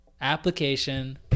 application